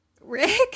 Rick